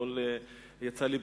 אתמול יצא לי,